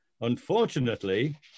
Unfortunately